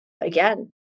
again